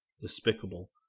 despicable